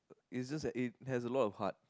is just that it has a lot of heart